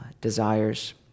desires